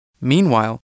Meanwhile